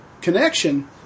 connection